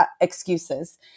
excuses